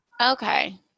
Okay